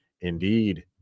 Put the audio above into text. Indeed